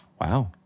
wow